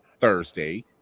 Thursday